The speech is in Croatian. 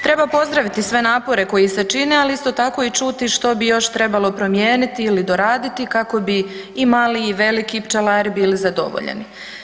Treba pozdraviti sve napore koji se čine, ali isto tako i čuti što bi još trebalo promijeniti ili doraditi kako bi i mali i veliki pčelari bili zadovoljeni.